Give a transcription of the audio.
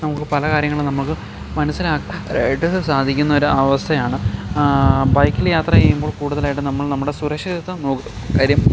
നമുക്ക് പല കാര്യങ്ങളും നമുക്ക് മനസ്സിലാക്കാനായിട്ട് സാധിക്കുന്ന ഒരു അവസ്ഥയാണ് ബൈക്കിൽ യാത്ര ചെയ്യുമ്പോൾ കൂടുതലായിട്ടും നമ്മൾ നമ്മുടെ സുരക്ഷിതത്വം നോക്കും കാര്യം